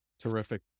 Terrific